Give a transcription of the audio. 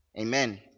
Amen